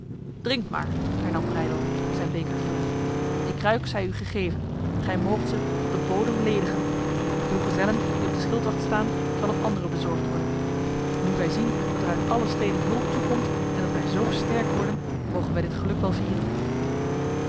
drinkt maar hernam breydel zijn beker vullende die kruik zij u gegeven gij moogt ze tot de bodem ledigen uw gezellen die op de schildwacht staan zal een andere bezorgd worden nu wij zien dat er uit alle steden hulp toekomt en dat wij zo sterk worden mogen wij dit geluk wel vieren